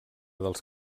dels